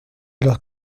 los